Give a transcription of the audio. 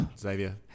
Xavier